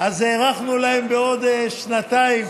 אז הארכנו להם בעוד חצי שנה.